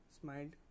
smiled